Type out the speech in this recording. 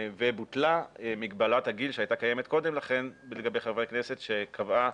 ובוטלה מגבלת הגיל שהייתה קיימת קודם לכן לגבי חברי הכנסת שקבעה